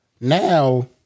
now